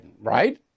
right